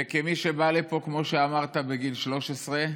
וכמי שבא לפה, כמו שאמרת, בגיל 13,